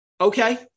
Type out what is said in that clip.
okay